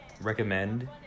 recommend